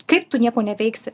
kaip tu nieko neveiksi